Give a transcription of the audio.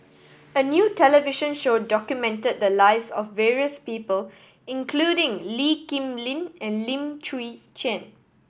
a new television show documented the lives of various people including Lee Kip Lin and Lim Chwee Chian